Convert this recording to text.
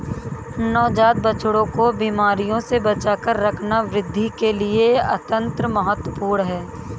नवजात बछड़ों को बीमारियों से बचाकर रखना वृद्धि के लिए अत्यंत महत्वपूर्ण है